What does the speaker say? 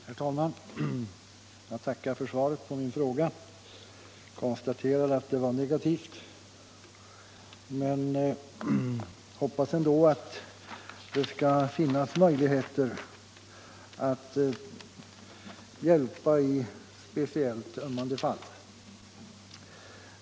Herr talman! Jag tackar statsrådet för svaret på min fråga och konstaterar att det är negativt. Men jag hoppas ändå att det skall finnas möjligheter att hjälpa i speciellt ömmande fall.